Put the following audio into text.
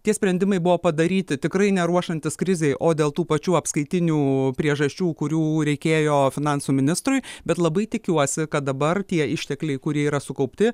tie sprendimai buvo padaryti tikrai ne ruošiantis krizei o dėl tų pačių apskaitinių priežasčių kurių reikėjo finansų ministrui bet labai tikiuosi kad dabar tie ištekliai kurie yra sukaupti